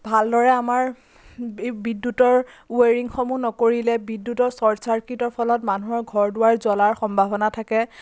ভালদৰে আমাৰ এই বিদ্যুতৰ ওৱেৰিঙসমূহ নকৰিলে বিদ্যুতৰ চৰ্ট চাৰ্কিতৰ ফলত মানুহৰ ঘৰ দুৱাৰ জ্বলাৰ সম্ভাৱনা থাকে